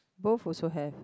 both also have